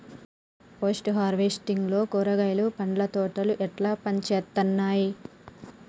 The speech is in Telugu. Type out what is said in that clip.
పోస్ట్ హార్వెస్టింగ్ లో కూరగాయలు పండ్ల తోటలు ఎట్లా పనిచేత్తనయ్?